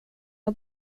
och